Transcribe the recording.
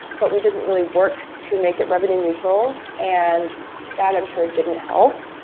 but we didn't really worked to make it revenue neutral and that, i'm sure, didn't help.